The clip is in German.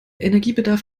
energiebedarf